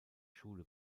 schule